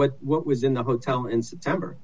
what what was in the hotel in september